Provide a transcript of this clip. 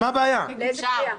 באיזה קריאה?